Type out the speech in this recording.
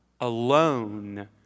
alone